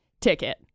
ticket